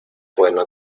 bueno